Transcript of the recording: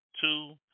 two